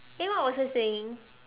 eh what was I saying